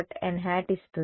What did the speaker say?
nˆ ఇస్తుంది